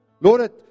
Lord